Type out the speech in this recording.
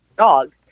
dogs